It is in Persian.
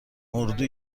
اردو